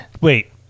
Wait